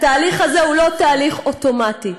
התהליך הזה הוא לא תהליך אוטומטי.